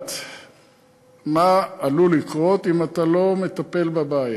לדעת מה עלול לקרות אם אתה לא מטפל בבעיה.